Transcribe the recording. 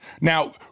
Now